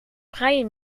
vrije